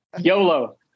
YOLO